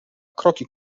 kroki